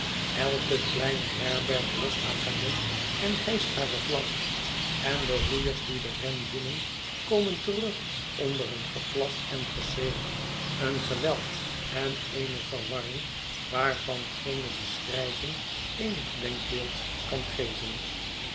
elke kleine herberg lost haar kanon en hijscht hare vlag en de roeiers die den ren winnen komen terug onder een geplas en geschreeuw een geweld en eene verwarring waarvan geene beschrijving eenig denkbeeld kan geven